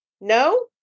No